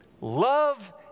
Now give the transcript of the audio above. Love